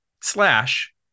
Slash